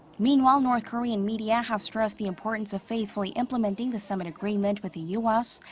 meanwhile, north korean media have stressed the importance of faithfully implementing the summit agreement with the u s.